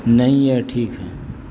नहीं यह ठीक है